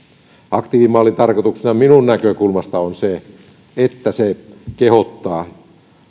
aktiivimallin tarkoituksena minun näkökulmastani on se että se kehottaa